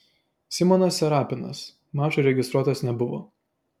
simonas serapinas mačui registruotas nebuvo